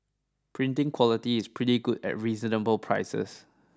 printing quality is pretty good at reasonable prices